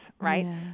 right